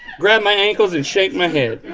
grab my ankles and shake my head.